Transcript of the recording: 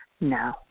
no